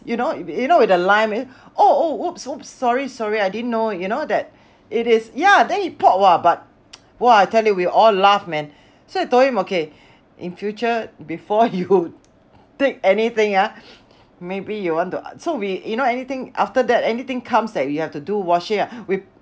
you know you know with the lime oh oh !oops! !oops! sorry sorry I didn't know you know that it is ya then he poured !wah! but !wah! I tell you we all laugh man so I told him okay in future before you take anything ah maybe you want to so we you know anything after that anything comes that we have to do washing we